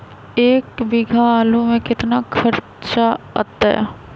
एक बीघा आलू में केतना खर्चा अतै?